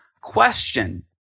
question